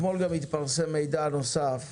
אתמול גם התפרסם מידע נוסף,